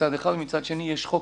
מצד אחד, ומצד שני יש חוק.